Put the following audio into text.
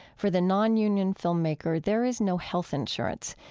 for the nonunion filmmaker there is no health insurance.